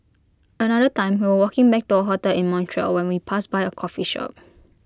another time we were walking back to our hotel in Montreal when we passed by A coffee shop